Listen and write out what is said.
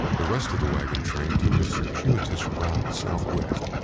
the rest of the wagon train took a circuitous route southwest,